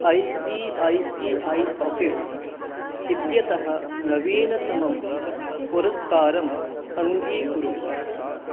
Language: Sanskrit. I C I C I Pockets इत्यतः नवीनतमं पुरस्कारम् अङ्गीकुरु